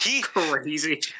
crazy